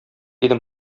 идем